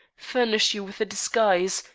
furnish you with a disguise,